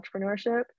entrepreneurship